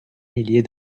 millier